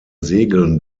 segeln